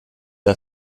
die